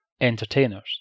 entertainers